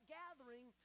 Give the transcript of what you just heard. gathering